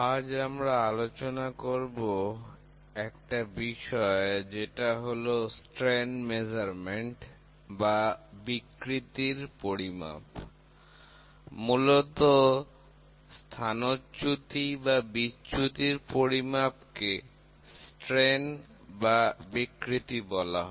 আজ আমরা আলোচনা করব একটা বিষয় যেটা হলো বিকৃতির পরিমাপ মূলত স্থানচ্যুতি বা বিচ্যুতির পরিমাপ কে বিকৃতি বলা হয়